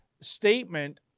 statement